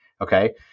Okay